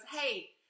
hey